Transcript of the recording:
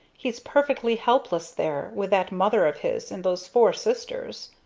he's perfectly helpless there, with that mother of his and those four sisters.